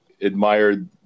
admired